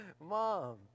Mom